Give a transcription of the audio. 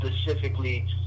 specifically